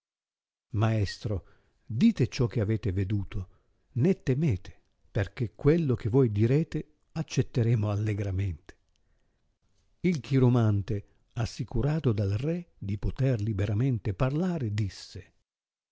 maestro dite ciò che avete veduto né temete perchè quello che voi direte accetteremo allegramente il chiromante assicurato dal re di poter liberamente parlare disse